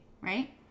right